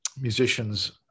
musicians